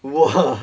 !wah!